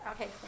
Okay